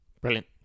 Brilliant